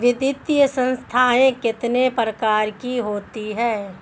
वित्तीय संस्थाएं कितने प्रकार की होती हैं?